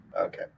Okay